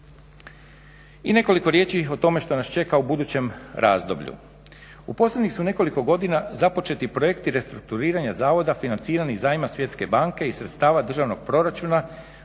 I nekoliko riječi o tome što nas čeka u budućem razdoblju. U posljednjih su nekoliko godina započeti projekti restrukturiranja zavoda financirani iz zajma Svjetske banke i sredstava državnog proračuna,